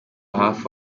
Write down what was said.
hafi